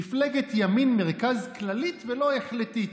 מפלגת ימין מרכז כללית ולא החלטית,